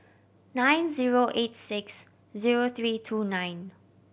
nine zero eight six zero three two nine